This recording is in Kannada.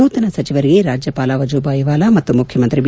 ನೂತನ ಸಚಿವರಿಗೆ ರಾಜ್ಯಪಾಲ ವಜುಬಾಯಿ ವಾಲಾ ಮತ್ತು ಮುಖ್ಯಮಂತ್ರಿ ಬಿ